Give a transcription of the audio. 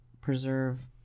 preserve